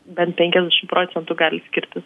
bent penkiasdešimt procentų gali skirtis